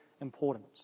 important